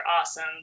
awesome